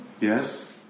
Yes